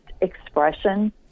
expression